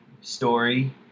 story